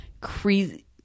crazy